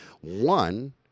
one